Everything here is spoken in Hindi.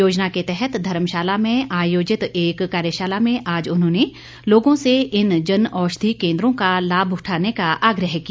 योजना के तहत धर्मशाला में आयोजित एक कार्यशाला में आज उन्होंने लोगों से इन जनऔषधि केन्द्रों का लाभ उठाने का आग्रह किया